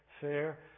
fair